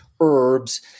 herbs